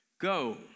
Go